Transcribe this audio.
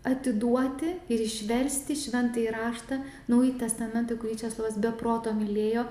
atiduoti ir išversti šventąjį raštą naująjį testamentą kurį česlovas be proto mylėjo